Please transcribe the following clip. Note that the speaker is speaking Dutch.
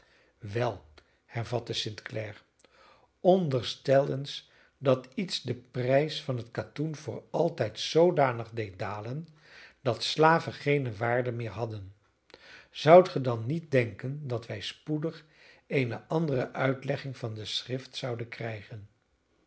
wel hervatte st clare onderstel eens dat iets den prijs van het katoen voor altijd zoodanig deed dalen dat slaven geene waarde meer hadden zoudt ge dan niet denken dat wij spoedig eene andere uitlegging van de schrift zouden krijgen